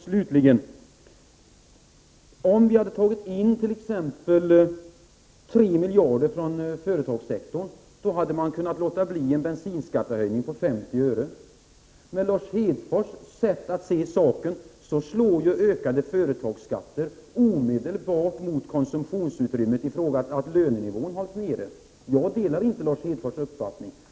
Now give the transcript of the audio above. Fru talman! Till Lars Hedfors vill jag säga att om vi hade tagit in t.ex. 3 miljarder från företagssektorn, hade man kunnat låta bli en bensinskattehöjning på 50 öre. Med Lars Hedfors sätt att se slår ju ökade företagsskatter omedelbart mot konsumtionsutrymmet genom att lönenivån hålls nere. Jag delar inte Lars Hedfors uppfattning.